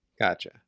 Gotcha